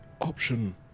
option